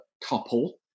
couple